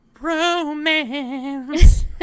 Romance